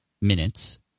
minutes